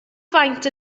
faint